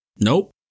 Nope